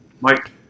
Mike